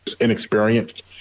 inexperienced